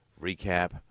recap